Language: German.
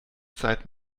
zeit